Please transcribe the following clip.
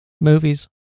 movies